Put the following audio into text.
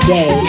Day